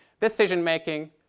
Decision-making